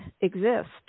exist